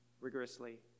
rigorously